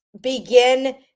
begin